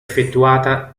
effettuata